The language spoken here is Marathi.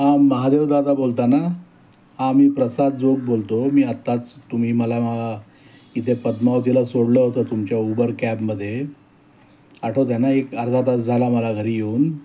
हां महादेव दादा बोलता ना हां मी प्रसाद जोग बोलतो मी आत्ताच तुम्ही मला इथे पद्मावतीला सोडलं होतं तुमच्या उबर कॅबमध्ये आठवत आहे ना एक अर्धा तास झाला मला घरी येऊन